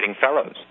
fellows